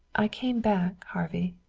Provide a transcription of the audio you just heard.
i came back, harvey.